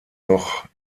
noch